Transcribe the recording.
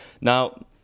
Now